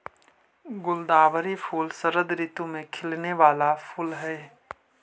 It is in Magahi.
गुलदावरी फूल शरद ऋतु में खिलौने वाला फूल हई